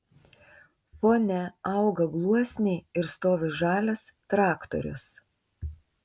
fone auga gluosniai ir stovi žalias traktorius